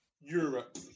Europe